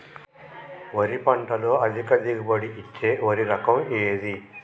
వరి పంట లో అధిక దిగుబడి ఇచ్చే వరి రకం ఏది?